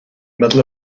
middle